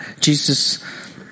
Jesus